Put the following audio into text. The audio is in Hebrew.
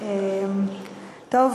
ישראל, אני בטוחה, אבל אשמח אם גם תקשיב.